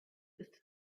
ist